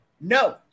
No